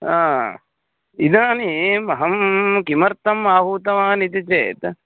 हा इदानीम् अहं किमर्थम् आहूतवान् इति चेत्